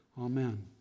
Amen